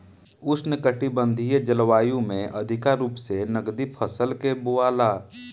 उष्णकटिबंधीय जलवायु में अधिका रूप से नकदी फसल के बोआला